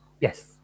Yes